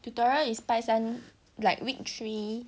tutorial is 拜三 like week three